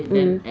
mm